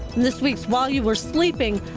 this week's while you were sleeping,